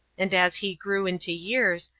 and as he grew into years,